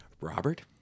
Robert